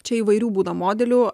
čia įvairių būna modelių